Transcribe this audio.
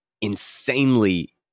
insanely